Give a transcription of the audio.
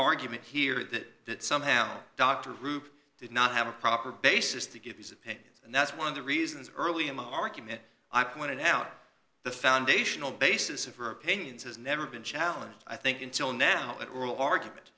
argument here that that somehow dr group did not have a proper basis to give these and and that's one of the reasons early in the argument i pointed out the foundational basis of her opinions has never been challenged i think until now at oral argument